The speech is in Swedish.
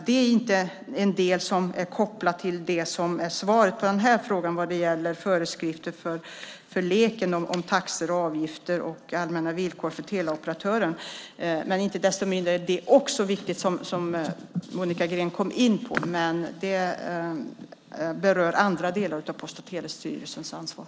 Det är inte kopplat till det som är svaret på den här frågan vad det gäller föreskrifter för LEK om taxor och avgifter och allmänna villkor för teleoperatören. Inte desto mindre är också det viktigt som Monica Green kom in på. Men det berör andra delar av Post och telestyrelsens ansvar.